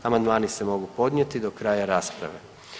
Amandmani se mogu podnijeti do kraja rasprave.